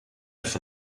for